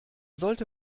sollte